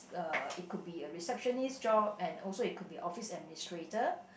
uh it could be a receptionist job and also it could be office administrator